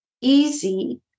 easy